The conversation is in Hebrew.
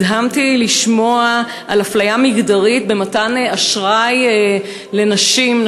נדהמתי לשמוע על אפליה מגדרית במתן אשראי לנשים,